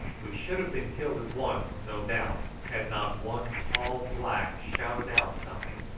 we should have been killed at once, no doubt, had not one tall black shouted out something,